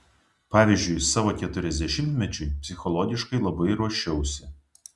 pavyzdžiui savo keturiasdešimtmečiui psichologiškai labai ruošiausi